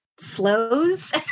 flows